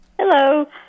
Hello